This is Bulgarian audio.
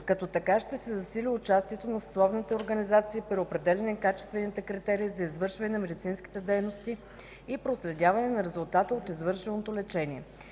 като така ще се засили участието на съсловните организации при определяне качествените критерии за извършване на медицинските дейности и проследяване на резултата от извършеното лечение.